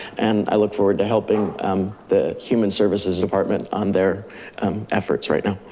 and i look forward to helping the human services department on their efforts right now.